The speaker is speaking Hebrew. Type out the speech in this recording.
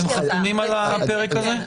הם חתומים על הפרק הזה?